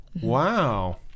Wow